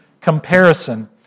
comparison